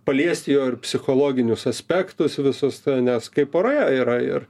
paliesti jo ir psichologinius aspektus visus nes kai poroje yra ir